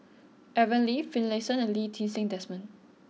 Aaron Lee Finlayson and Lee Ti Seng Desmond